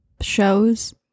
Shows